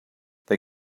they